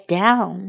down